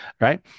right